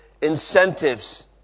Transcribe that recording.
incentives